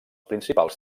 principals